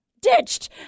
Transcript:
ditched